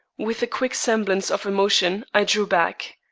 with a quick semblance of emotion, i drew back.